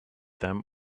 them